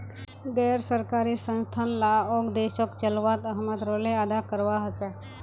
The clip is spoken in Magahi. गैर सरकारी संस्थान लाओक देशोक चलवात अहम् रोले अदा करवा होबे